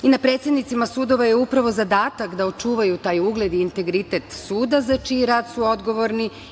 Na predsednicima sudova je upravo zadatak da očuvaju taj ugled i integritet suda za čiji rad su odgovorni.